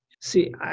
see